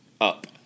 up